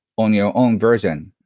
only your own version.